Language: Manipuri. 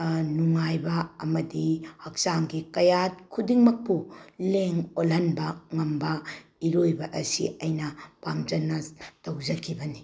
ꯅꯨꯡꯉꯥꯏꯕ ꯑꯃꯗꯤ ꯍꯛꯆꯥꯡꯒꯤ ꯀꯌꯥꯠ ꯈꯨꯗꯤꯡꯃꯛꯄꯨ ꯂꯦꯡ ꯑꯣꯠꯍꯟꯕ ꯉꯝꯕ ꯏꯔꯣꯏꯕ ꯑꯁꯤ ꯑꯩꯅ ꯄꯥꯝꯖꯅ ꯇꯧꯖꯈꯤꯕꯅꯤ